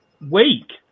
week